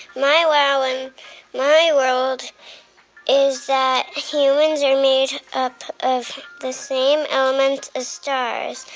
my wow in my world is that humans are made up of the same elements as stars.